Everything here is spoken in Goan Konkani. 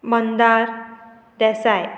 मंदार देसाय